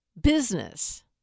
business